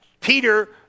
Peter